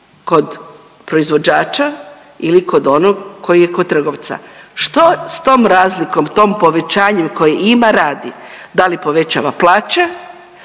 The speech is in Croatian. kod proizvođača ili kod onoga koji je kod trgovca što s tom razlikom, tom povećanjem koji ima radi? Da li povećava plaće